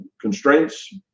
constraints